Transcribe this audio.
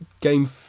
Game